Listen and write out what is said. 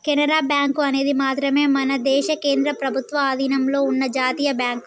Canara bank అనేది మాత్రమే మన దేశ కేంద్ర ప్రభుత్వ అధీనంలో ఉన్న జాతీయ బ్యాంక్